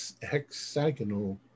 hexagonal